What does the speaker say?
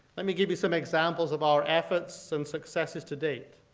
let me give you some examples of our efforts and successes to date.